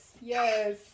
Yes